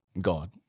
God